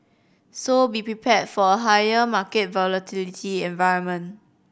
so be prepared for a higher market volatility environment